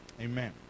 Amen